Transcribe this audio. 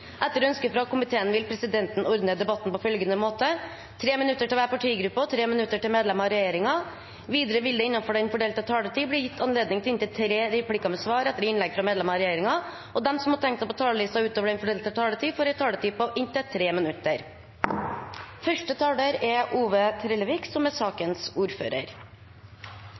Etter ønske fra kommunal- og forvaltningskomiteen vil presidenten ordne debatten slik: 3 minutter til hver partigruppe og 3 minutter til medlemmer av regjeringen. Videre vil det – innenfor den fordelte taletid – bli gitt anledning til inntil tre replikker med svar etter innlegg fra medlemmer av regjeringen, og de som måtte tegne seg på talerlisten utover den fordelte taletid, får en taletid på inntil 3 minutter. Det er ein samla komité som